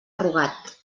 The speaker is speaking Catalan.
rugat